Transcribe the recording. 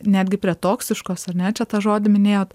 netgi prie toksiškos ar ne čia tą žodį minėjot